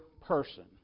person